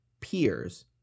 peers